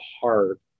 heart